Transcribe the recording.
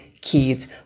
kids